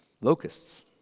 Locusts